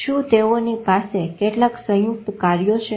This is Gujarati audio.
શું તેઓની પાસે કેટલાક સયુંકત કાર્યો છે